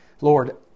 Lord